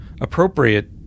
appropriate